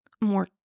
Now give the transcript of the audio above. more